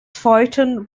folgten